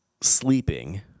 sleeping